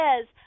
says